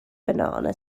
banana